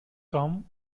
come